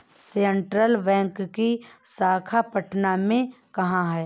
Central bank की शाखा पटना में कहाँ है?